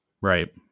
right